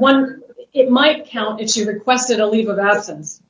one it might count as you requested a leave of absence